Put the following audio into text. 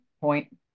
point